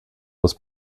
was